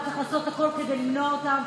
צריך לעשות הכול כדי למנוע אותן.